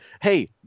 Hey